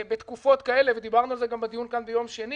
בתקופות כאלה ודיברנו על זה גם בדיון כאן ביום שני